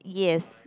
yes